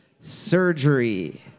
surgery